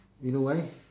you know why